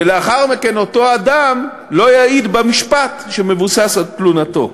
ולאחר מכן אותו אדם לא יעיד במשפט שמבוסס על תלונתו,